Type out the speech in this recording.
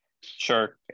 Sure